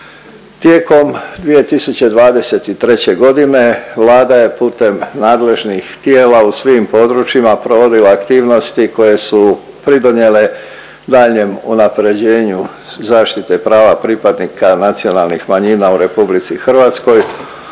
Tijekom 2023.g. Vlada je putem nadležnih tijela u svim područjima provodila aktivnosti koje su pridonjele daljnjem unaprjeđenju zaštite prava pripadnika nacionalnih manjina u RH uključujući